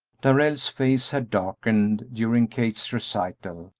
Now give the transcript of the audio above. darrell's face had darkened during kate's recital,